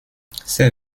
ses